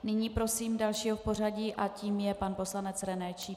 Nyní prosím dalšího v pořadí a tím je pan poslanec René Číp.